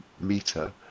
meter